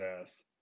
ass